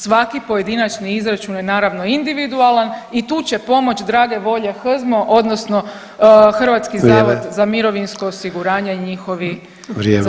Svaki pojedinačni izračun je naravno, individualan i tu će pomoći drage volje HZMO odnosno Hrvatski [[Upadica: Vrijeme.]] zavod za mirovinsko osiguranje i njihovi zaposlenici.